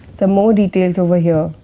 some more details over here,